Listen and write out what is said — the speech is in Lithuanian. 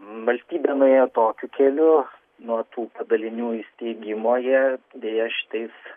valstybė nuėjo tokiu keliu nuo tų padalinių įsteigimo jie deja šitais